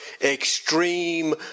extreme